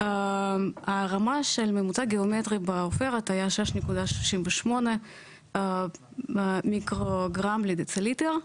הרמה של ממוצע גיאומטרי בעופרת היה 6.68 מיקרו גרם לדציליטר,